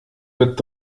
wird